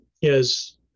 yes